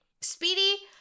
Speedy